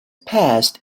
passed